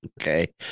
Okay